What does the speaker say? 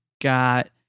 got